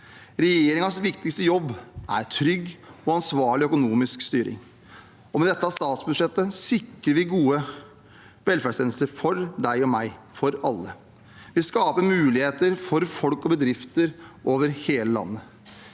Regjeringens viktigste jobb er trygg og ansvarlig økonomisk styring, og med dette statsbudsjettet sikrer vi gode velferdstjenester for deg og meg – for alle. Vi skaper muligheter for folk og bedrifter over hele landet.